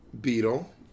Beetle